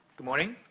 good morning.